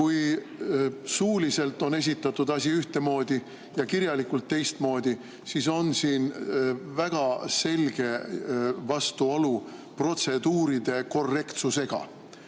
Kui suuliselt on esitatud asi ühtemoodi ja kirjalikult teistmoodi, siis on siin väga selge vastuolu protseduuride korrektsusega.